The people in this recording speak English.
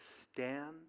stand